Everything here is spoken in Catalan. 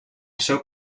seu